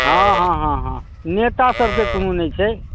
हँ हँ हँ हँ नेता सबके कोनो नहि छै